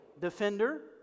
Defender